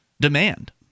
demand